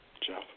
Jeff